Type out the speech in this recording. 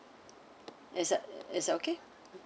is that uh is that okay